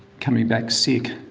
coming back sick,